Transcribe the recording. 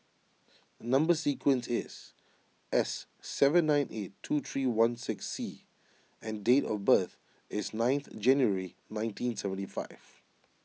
Number Sequence is S seven nine eight two three one six C and date of birth is ninth January nineteen seventy five